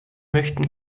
möchten